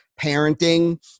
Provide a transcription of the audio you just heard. parenting